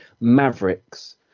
Mavericks